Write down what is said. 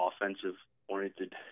offensive-oriented